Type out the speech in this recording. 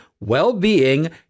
well-being